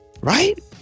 Right